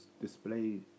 display